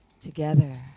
Together